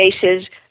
cases